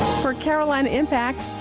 for carolina impact,